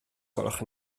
gwelwch